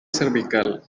cervical